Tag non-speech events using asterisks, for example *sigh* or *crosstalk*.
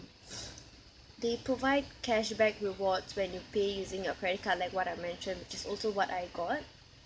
*breath* they provide cashback rewards when you pay using your credit card like what I mentioned which is also what I got